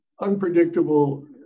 Unpredictable